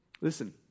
Listen